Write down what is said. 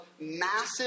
massive